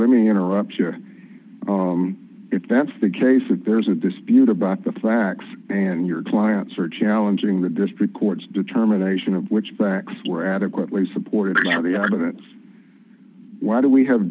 let me interrupt here if that's the case that there's a dispute about the facts and your clients are challenging the district court's determination of which backs were adequately supported by the evidence why do we have